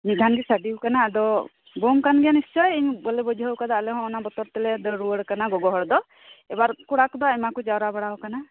ᱢᱤᱫ ᱫᱷᱟᱱᱜᱮ ᱥᱟᱰᱮ ᱟᱠᱟᱱᱟ ᱟᱫᱚ ᱵᱳᱢ ᱠᱟᱱ ᱜᱮᱭᱟ ᱱᱤᱥᱪᱳᱭ ᱵᱟᱞᱮ ᱵᱩᱡᱷᱟᱹᱣ ᱟᱠᱟᱫᱟ ᱟᱞᱮ ᱦᱚᱸ ᱚᱱᱟ ᱵᱚᱛᱚᱨ ᱛᱮᱞᱮ ᱫᱟᱹᱲ ᱨᱩᱣᱟᱹᱲ ᱟᱠᱟᱱᱟ ᱜᱚᱜᱚᱦᱚᱲ ᱫᱚ ᱮᱵᱟᱨ ᱠᱚᱲᱟ ᱠᱚᱫᱚ ᱟᱭᱢᱟ ᱠᱚ ᱡᱟᱣᱨᱟ ᱵᱟᱲᱟ ᱟᱠᱟᱱᱟ